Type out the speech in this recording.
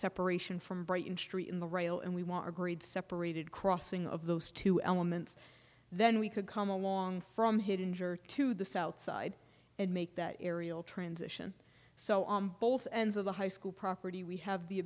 separation from brighton street in the rail and we want a grade separated crossing of those two elements then we could come along from hit injure to the south side and make that aerial transition so on both ends of the high school property we have the